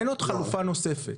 אין עוד חלופה נוספת.